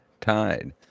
Tide